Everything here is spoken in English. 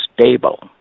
stable